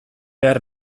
behar